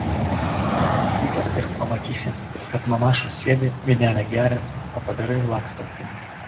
nueik į bet kokią valgyklą ir pamatysi kad mamašos sėdi vynelį geria o padarai laksto aplink